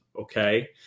okay